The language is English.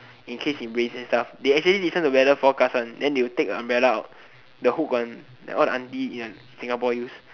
in case it rains and stuff they actually listen to weather forecast one then they will take a umbrella out the hook one like all the auntie in Singapore use